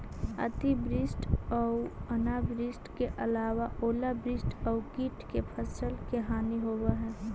अतिवृष्टि आऊ अनावृष्टि के अलावा ओलावृष्टि आउ कीट से फसल के हानि होवऽ हइ